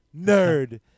nerd